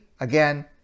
again